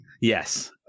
Yes